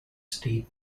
steep